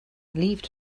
leafed